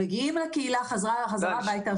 מגיעים לקהילה חזרה הביתה,